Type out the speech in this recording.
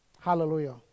hallelujah